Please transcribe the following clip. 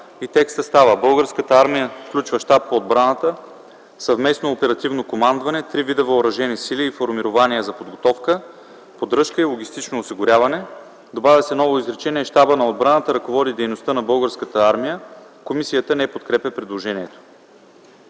и текстът става: „Българската армия включва Щаб по отбраната, Съвместно оперативно командване, три вида въоръжени сили и формирования за подготовка, поддръжка и логистично осигуряване”. Добавя се ново изречение: „Щабът на отбраната ръководи дейността на Българската армия”. Комисията не подкрепя предложението.